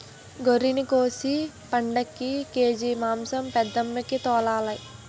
గొర్రినికోసేసి పండక్కి కేజి మాంసం పెద్దమ్మికి తోలాలి